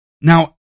Now